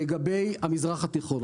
לגבי המזרח התיכון.